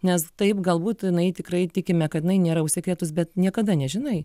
nes taip galbūt jinai tikrai tikime kad jinai nėra užsikrėtus bet niekada nežinai